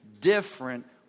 different